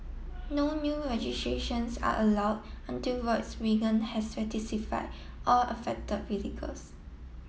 no new registrations are allowed until Volkswagen has all affected vehicles